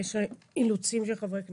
יש אילוצים של חברי כנסת.